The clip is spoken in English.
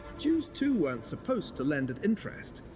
jews, too, weren't supposed to iend at interest.